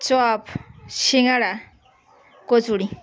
chop শিঙাড়া কচুরি